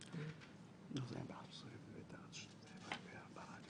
של בנק או בעל שליטה בבנק,